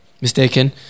mistaken